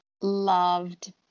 loved